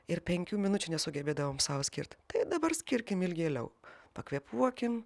ir penkių minučių nesugebėdavom sau skirt tai dabar skirkim ilgėliau pakvėpuokim